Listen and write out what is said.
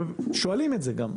שואלים את זה גם.